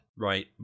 right